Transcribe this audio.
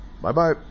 Bye-bye